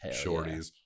shorties